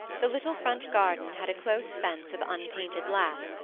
the little front garden had a close fence of unpainted lath,